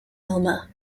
elma